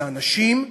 זה אנשים,